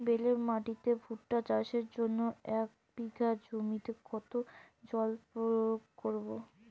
বেলে মাটিতে ভুট্টা চাষের জন্য এক বিঘা জমিতে কতো জল প্রয়োগ করব?